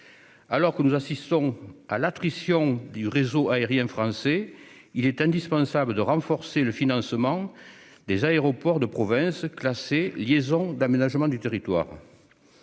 Alors que nous assistons à l'attrition du réseau aérien français, il est indispensable de renforcer le financement des aéroports de province, classés « liaisons d'aménagement du territoire ».